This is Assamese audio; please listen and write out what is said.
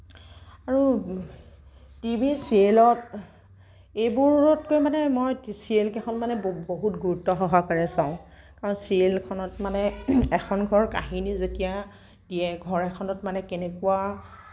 আৰু টি ভি চিৰিয়েলত এইবোৰতকৈ মানে মই চিৰিয়েল কেইখন মানে বহু বহুত গুৰুত্বসহকাৰে চাওঁ কাৰণ চিৰিয়েলখনত মানে এখন ঘৰৰ কাহিনী যেতিয়া দিয়ে ঘৰ এখনত মানে কেনেকুৱা